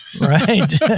right